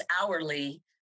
hourly